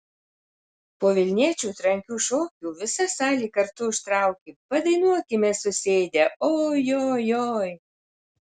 po vilniečių trankių šokių visa salė kartu užtraukė padainuokime susėdę o jo joj